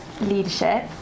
leadership